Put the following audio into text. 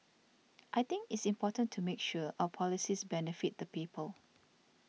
I think it's important to make sure our policies benefit the people